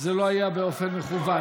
שזה לא היה באופן מכוון.